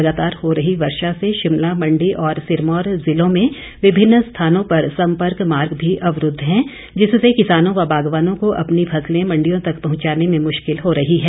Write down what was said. लगातार हो रही वर्षा से शिमला मंडी और सिरमौर जिलों में विभिन्न स्थानों पर सम्पर्क मार्ग भी अवरूद्व हैं जिससे किसानों व बागवानों को अपनी फसलें मंडियों तक पहुंचाने में मुश्किल हो रही है